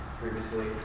previously